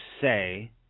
say